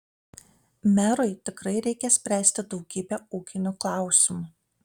merui tikrai reikia spręsti daugybę ūkinių klausimų